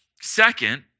Second